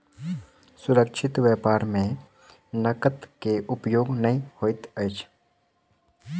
सुरक्षित व्यापार में नकद के उपयोग नै होइत अछि